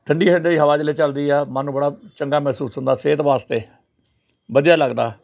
ਠੰਡੀ ਠੰਡੀ ਹਵਾ ਜਿਸ ਵੇਲੇ ਚੱਲਦੀ ਆ ਮਨ ਬੜਾ ਚੰਗਾ ਮਹਿਸੂਸ ਹੁੰਦਾ ਸਿਹਤ ਵਾਸਤੇ ਵਧੀਆ ਲੱਗਦਾ